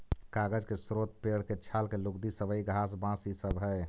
कागज के स्रोत पेड़ के छाल के लुगदी, सबई घास, बाँस इ सब हई